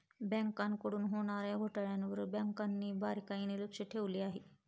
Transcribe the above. बँकांकडून होणार्या घोटाळ्यांवर बँकांनी बारकाईने लक्ष ठेवले आहे